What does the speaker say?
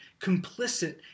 complicit